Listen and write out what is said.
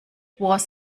was